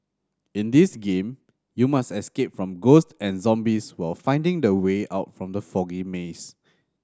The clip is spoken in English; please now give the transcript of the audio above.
in this game you must escape from ghosts and zombies while finding the way out from the foggy maze